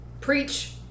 Preach